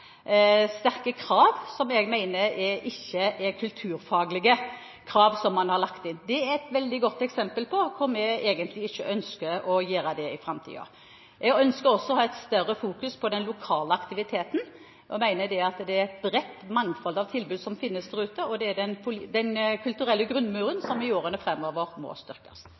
sterke krav, som jeg mener ikke er kulturfaglige krav, som man har lagt inn. Det er et veldig godt eksempel på hvordan vi ikke ønsker å gjøre det i framtiden. Jeg ønsker også å fokusere mer på den lokale aktiviteten og mener at det er et bredt mangfold av tilbud som finnes der ute, og det er den kulturelle grunnmuren som i årene framover må styrkes.